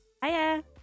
Hiya